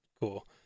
cool